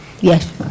Yes